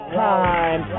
time